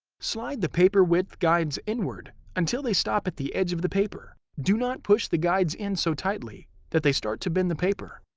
slide the paper width guides inward until they stop at the edge of the paper. do not push the guides in so tightly that they start to bend the paper.